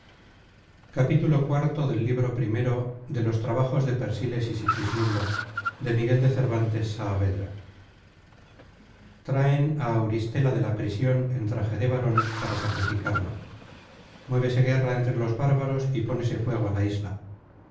primero se traen á auristela de la prision en traje de varon para sacrificarla muévese guerra entre los bárbaros y ponese fuego a la isla